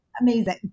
amazing